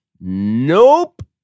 Nope